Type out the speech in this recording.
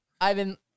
Ivan